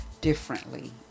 differently